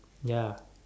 ya